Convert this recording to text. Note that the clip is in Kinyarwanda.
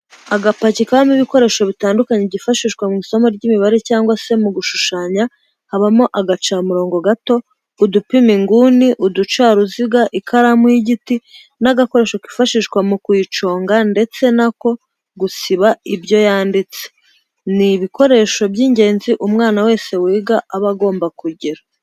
Agapaki kabamo ibikoresho bitandukanye byifashishwa mu isomo ry'imibare cyangwa se mu gushushanya habamo agacamurongo gato, udupima inguni, uducaruziga ,ikaramu y'igiti n'agakoresho kifashishwa mu kuyiconga ndetse n'ako gusiba ibyo yanditse, ni ibikoresho by'ingenzi umwana wese wiga aba agomba kugira.